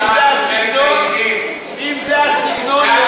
אם זה הסגנון,